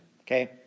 okay